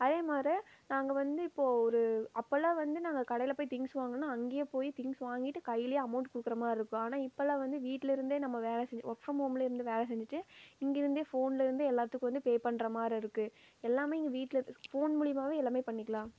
அதேமாரி நாங்கள் வந்து இப்போ ஒரு அப்போல்லாம் வந்து நாங்கள் கடையில் போய் திங்ஸ் வாங்குனா அங்கேயே போய் திங்ஸ் வாங்கிகிட்டு கையிலே அமௌண்ட் கொடுக்கறமார்ருக்கும் ஆனால் இப்போல்லாம் வந்து வீட்டிலருந்தே நம்ம வேலை செஞ்சு ஒர்க் ஃப்ரம் ஹோம்லருந்து வேலை செஞ்சிவிட்டு இங்கிருந்தே ஃபோன்லருந்தே எல்லாத்துக்கும் வந்து பே பண்றமாரி இருக்கு எல்லாமே இங்கே வீட்டில ஃபோன் மூலியமாகவே எல்லாமே பண்ணிக்கலாம்